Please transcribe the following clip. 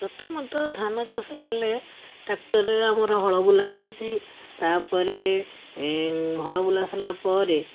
ପ୍ରଥମତଃ ଧାନଚାଷ କଲେ ଟ୍ରାକ୍ଟର୍ରେ ଆମର ହଳ ବୁଲା ହେଉଛି ତା'ପରେ ଏ ହଳ ବୁଲା ସରିଲା ପରେ